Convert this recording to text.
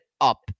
up